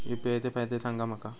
UPI चे फायदे सांगा माका?